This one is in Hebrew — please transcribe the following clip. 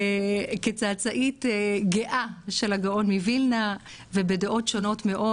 כצאצאית גאה של הגאון מווילנה ובדעות שונות מאוד,